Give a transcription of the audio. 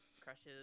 crushes